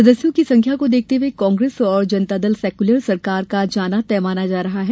सदस्यों की संख्या को देखते हुये कांग्रेस और जनतादल सेक्यूलर सरकार का जाना तय माना जा रहा है